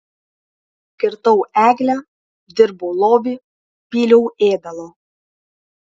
kirtau eglę dirbau lovį pyliau ėdalo